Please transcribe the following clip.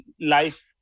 life